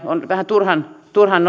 on vähän turhan turhan